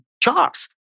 charts